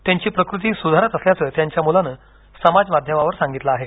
त्यांची प्रकृती सुधारत असल्याच त्यांच्या मुलान समाजमाध्यमावर सांगितलं आहे